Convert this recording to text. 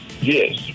Yes